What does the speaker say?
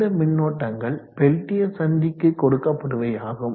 இந்த மின்னோட்டங்கள் பெல்டியர் சந்திக்கு கொடுக்கப்படுபவையாகும்